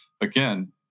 again